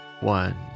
one